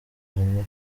mpamya